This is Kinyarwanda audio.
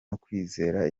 kwizera